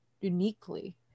uniquely